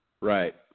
Right